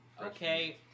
Okay